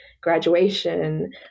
graduation